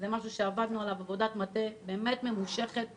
זה משהו שעבדנו עליו עבודת מטה ממושכת וארוכה.